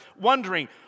wondering